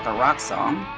but rock song.